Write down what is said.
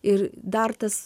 ir dar tas